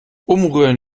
umrühren